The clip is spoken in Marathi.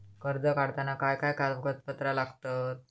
कर्ज काढताना काय काय कागदपत्रा लागतत?